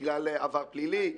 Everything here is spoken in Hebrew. בגלל עבר פלילי,